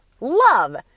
Love